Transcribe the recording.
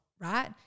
right